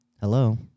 Hello